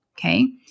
Okay